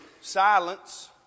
silence